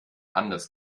anders